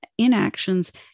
inactions